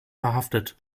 verhaftet